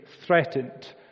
threatened